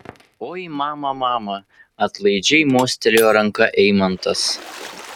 oi mama mama atlaidžiai mostelėjo ranka eimantas